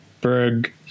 Berg